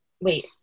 wait